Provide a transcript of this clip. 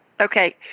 Okay